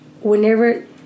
whenever